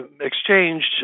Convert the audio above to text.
exchanged